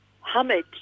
Hamid